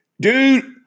dude